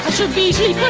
ah so be